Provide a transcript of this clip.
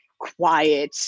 quiet